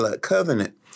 covenant